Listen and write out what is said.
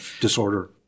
disorder